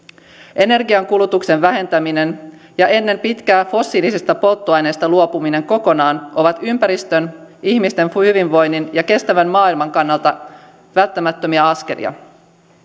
energiankulutuksen vähentäminen ja ennen pitkää fossiilisista polttoaineista luopuminen kokonaan ovat ympäristön ihmisten hyvinvoinnin ja kestävän maailman kannalta välttämättömiä askelia